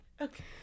Okay